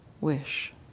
wish